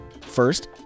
First